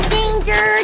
Danger